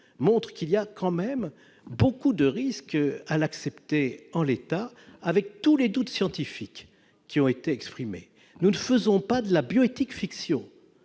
montrent qu'il y a tout de même beaucoup de risques à l'accepter en l'état, compte tenu en outre de tous les doutes scientifiques qui ont été exprimés. Nous ne faisons pas de bioéthique-fiction.